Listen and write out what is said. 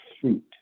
fruit